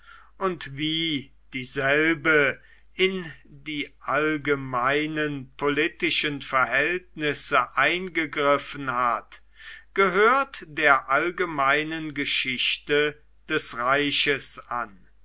und wie dieselbe in die allgemeinen politischen verhältnisse eingegriffen hat gehört der allgemeinen geschichte des reiches an